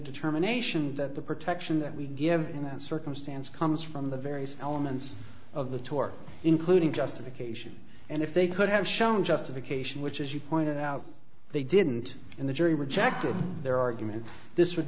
determination that the protection that we give in that circumstance comes from the various elements of the tour including justification and if they could have shown justification which as you pointed out they didn't and the jury rejected their argument this would